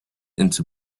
into